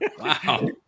wow